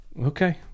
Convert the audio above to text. okay